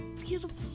beautiful